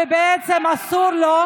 ובעצם אסור לו,